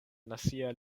nacia